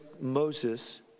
Moses